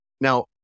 Now